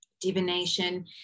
divination